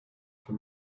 can